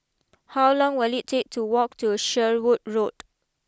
how long will it take to walk to Sherwood Road